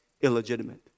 illegitimate